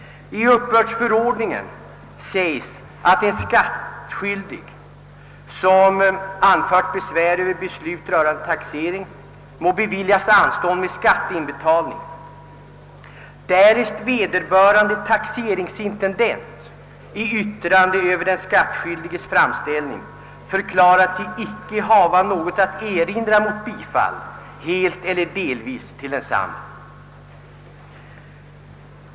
I uppbördsförordningen säges att en skattskyldig som anfört besvär över beslut rörande taxering må beviljas anstånd med skatteinbetalning »därest vederbörande taxeringsintendent i yttrande över den skattskyldiges framställning förklarat sig icke hava något att erinra mot bifall, helt eller delvis, till densamma».